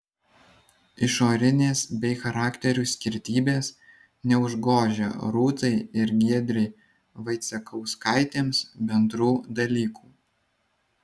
išorinės bei charakterių skirtybės neužgožia rūtai ir giedrei vaicekauskaitėms bendrų dalykų